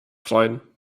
freuen